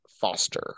Foster